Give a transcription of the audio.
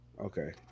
okay